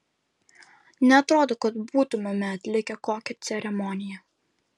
neatrodo kad būtumėme atlikę kokią ceremoniją